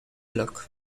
look